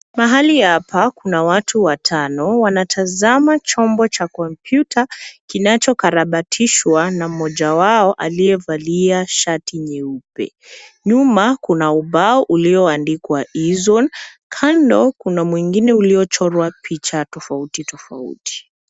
Mahali hapa kuna watu watano wanatazama chombo cha kompyuta kinacho karabatishwa na mmoja wao aliye valia shati jeupe. Nyuma kuna ubao ilioandikwa e zone[cs ]. Kando kuna mwingine uliochorwa picha tofauti tofauti.